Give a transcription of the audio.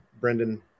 Brendan